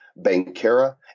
Bankera